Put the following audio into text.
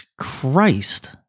Christ